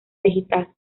digital